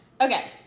Okay